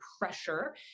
pressure